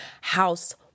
house